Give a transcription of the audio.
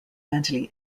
mentally